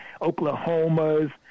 Oklahomas